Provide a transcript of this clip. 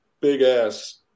big-ass